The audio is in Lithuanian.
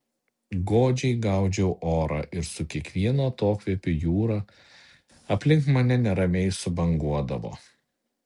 godžiai gaudžiau orą ir su kiekvienu atokvėpiu jūra aplink mane neramiai subanguodavo